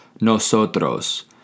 Nosotros